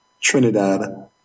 Trinidad